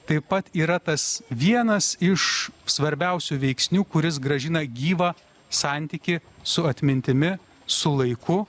taip pat yra tas vienas iš svarbiausių veiksnių kuris grąžina gyvą santykį su atmintimi su laiku